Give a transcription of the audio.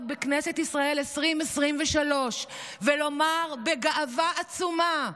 בכנסת ישראל 2023 ולומר בגאווה עצומה: